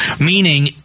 Meaning